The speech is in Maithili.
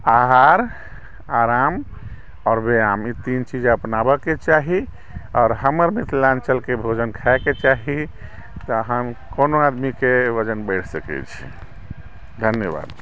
आहार आराम आओर व्यायाम ई तीन चीज अपनाबयके चाही आओर हमर मिथिलाञ्चलके भोजन खायके चाही तहन कोनो आदमीके वजन बढ़ि सकै छै धन्यवाद